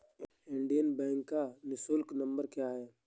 Indian bank का निःशुल्क number क्या है?